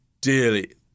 dearly